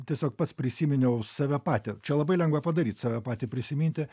tiesiog pats prisiminiau save patį čia labai lengva padaryt save patį prisiminti